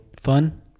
fun